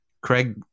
Craig